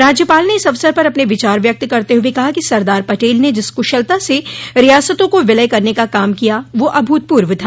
राज्यपाल ने इस अवसर पर अपने विचार व्यक्त करते हुए कहा कि सरदार पटेल ने जिस कुशलता से रियासतों को विलय करने का काम किया वह अभूतपूर्व था